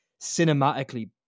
cinematically